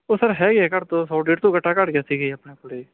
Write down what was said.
ਉਹ ਸਰ ਹੈ ਹੀ ਹੈ ਘੱਟ ਤੋਂ ਸੌ ਡੇਢ ਸੌ ਗੱਟਾ ਘੱਟ ਗਿਆ ਸੀਗਾ ਜੀ ਆਪਣੇ ਕੋਲ